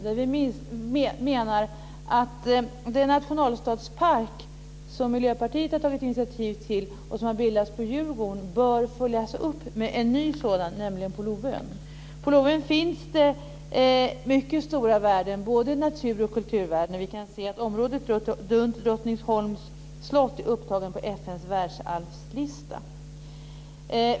Där föreslår vi att den nationalstadspark som Miljöpartiet tog initiativ till och som bildades på Djurgården bör följas upp med en ny sådan, nämligen på Lovön. På Lovön finns det mycket stora värden, både natur och kulturvärden. Vi kan se att området runt Drottningholms slott är upptaget på FN:s världsarvslista.